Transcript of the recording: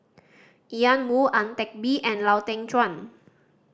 Ian Woo Ang Teck Bee and Lau Teng Chuan